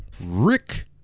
Rick